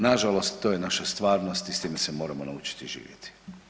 Na žalost to je naša stvarnost i s tim se moramo naučiti živjeti.